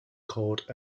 called